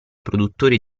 produttori